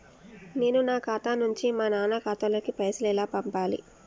నేను నా ఖాతా నుంచి మా నాన్న ఖాతా లోకి పైసలు ఎలా పంపాలి?